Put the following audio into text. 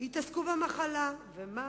התעסקו במחלה, ומה